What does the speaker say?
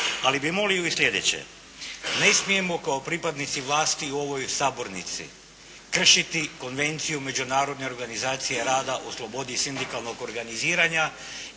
Ali bih molio i sljedeće. Ne smijemo kao pripadnici vlasti u ovoj sabornici kršiti Konvenciju međunarodne organizacije rada o slobodi sindikalnog organiziranja